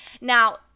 Now